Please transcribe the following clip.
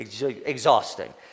Exhausting